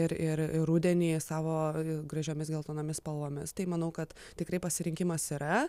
ir ir rudenį savo gražiomis geltonomis spalvomis tai manau kad tikrai pasirinkimas yra